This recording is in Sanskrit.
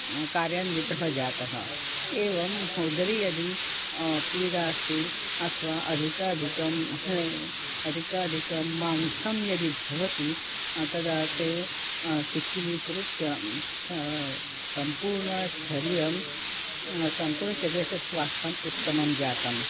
कार्यान्वितः जातः एवम् उदरे यदि पीडा अस्ति अथवा अधिकाधिकम् अधिकाधिकं मांसम् यदि भवति तदा ते शिथिलीकृतं सा सम्पूर्णशरीरं सम्पूर्णशरीरस्य स्वास्थम् उत्तमं जातम्